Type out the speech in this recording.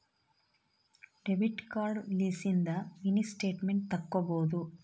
debit card ಲಿಸಿಂದ mini statement ತಕ್ಕೊಬೊದು